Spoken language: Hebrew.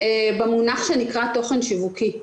במונח שנקרא תוכן שיווקי.